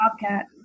bobcat